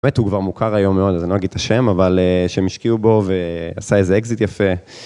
באמת הוא כבר מוכר היום מאוד, אז אני לא אגיד את השם, אבל שהם השקיעו בו ועשה איזה אקזיט יפה.